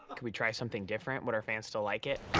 but could we try something different? would our fans still like it?